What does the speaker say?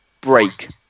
break